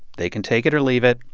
they can take it or leave it.